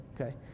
okay